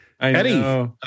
Eddie